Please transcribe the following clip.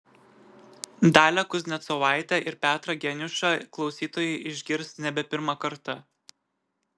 dalią kuznecovaitę ir petrą geniušą klausytojai išgirs nebe pirmą kartą